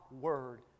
word